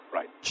Right